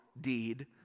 deed